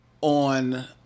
on